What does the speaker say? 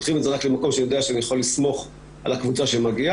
פותחים את זה רק למקום שאני יודע שאני יכול לסמוך על הקבוצה שמגיעה,